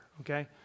okay